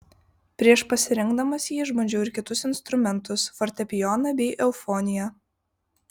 prieš pasirinkdamas jį išbandžiau ir kitus instrumentus fortepijoną bei eufoniją